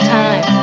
time